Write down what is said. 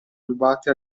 rubate